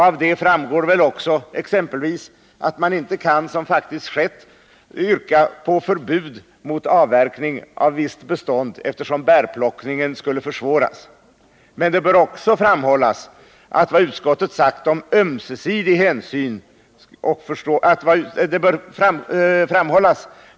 Av det framgår också att man exempelvis inte kan, som faktiskt skett, yrka på förbud mot avverkning av visst bestånd, eftersom bärplockningen skulle försvåras. Men Nr 39 det bör också framhållas vad utskottet sagt om ömsesidig hänsyn och Onsdagen den förståelse.